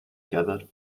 gathered